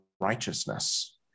righteousness